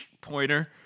pointer